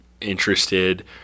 interested